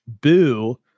boo